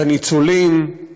את הניצולים,